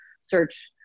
search